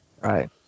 right